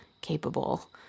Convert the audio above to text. capable